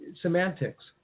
semantics